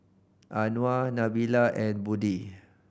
Anuar Nabila and Budi